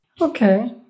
Okay